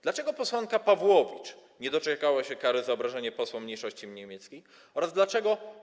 Dlaczego posłanka Pawłowicz nie doczekała się kary za obrażenie posła mniejszości niemieckiej oraz dlaczego